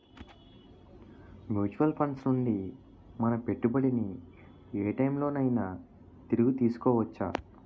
Mutual funds నుండి మన పెట్టుబడిని ఏ టైం లోనైనా తిరిగి తీసుకోవచ్చా?